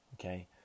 okay